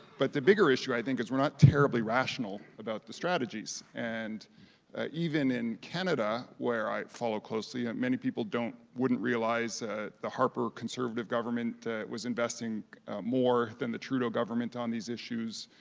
but the bigger issue i think is we're not terribly rational about the strategies, and even in canada where i follow closely, many people wouldn't realize ah the harper conservative government was investing more than the trudeau government on these issues.